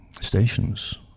stations